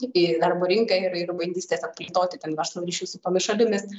į darbo rinką ir ir bandys tiesiog plėtoti ten verslo ryšius su tomis šalimis